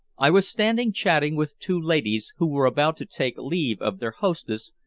i was standing chatting with two ladies who were about to take leave of their hostess,